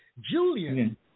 Julian